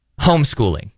homeschooling